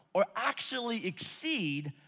or actually exceed,